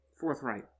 forthright